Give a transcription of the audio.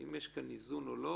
יש כאן איזון או לא.